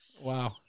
wow